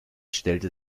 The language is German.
stellte